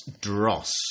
Dross